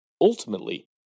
Ultimately